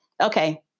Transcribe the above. Okay